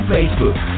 Facebook